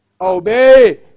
Obey